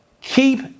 Keep